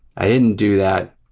i didn't do that,